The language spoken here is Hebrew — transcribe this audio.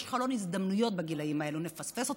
יש חלון הזדמנויות בגילים האלו, נפספס אותו,